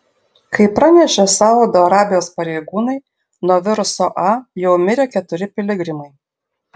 kaip pranešė saudo arabijos pareigūnai nuo viruso a jau mirė keturi piligrimai